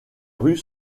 rues